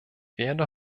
werde